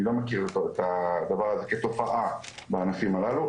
אני לא מכיר את הדבר הזה כתופעה בענפים הללו,